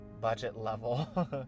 budget-level